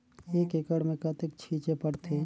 एक एकड़ मे कतेक छीचे पड़थे?